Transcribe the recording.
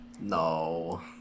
No